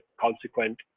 consequent